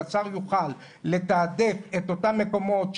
שהשר יוכל לתעדף את אותם מקומות,